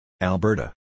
Alberta